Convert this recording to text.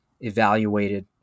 evaluated